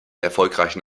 erfolgreichen